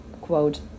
quote